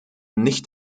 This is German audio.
nicht